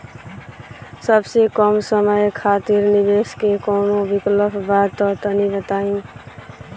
सबसे कम समय खातिर निवेश के कौनो विकल्प बा त तनि बताई?